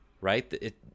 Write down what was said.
right